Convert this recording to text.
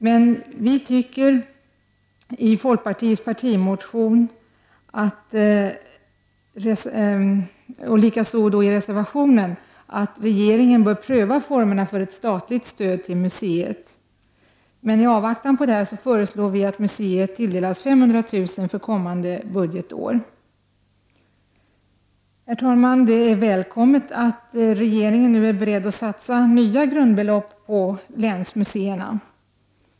Men vi tycker i folkpartiets partimotion och i reservation 23 att regeringen bör pröva formerna för ett statligt stöd till museet. I avvaktan på detta föreslår vi att museet tilldelas 500000 kr. för kommande budgetår. Herr talman! Det är välkommet att regeringen nu är beredd att satsa nya grundbelopp på länsmuseerna.